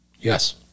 Yes